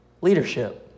leadership